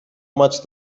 much